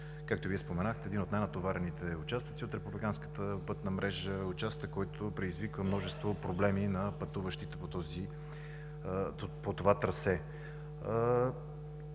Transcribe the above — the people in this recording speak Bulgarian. както Вие споменахте, един от най-натоварените участъци от републиканската пътна мрежа, участък, който предизвиква множество проблеми на пътуващите по това трасе.